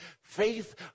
Faith